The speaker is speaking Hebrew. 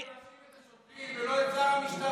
אבל למה אתה מאשים את השוטרים ולא את שר המשטרה?